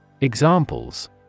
Examples